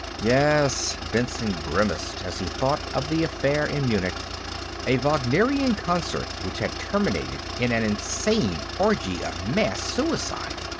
yes. benson grimaced as he thought of the affair in munich a wagnerian concert which had terminated in an insane orgy of mass suicide.